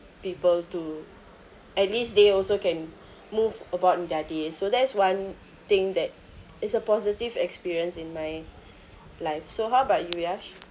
people to at least they also can move about in their day so that is one thing that is a positive experience in my life so how about you Yash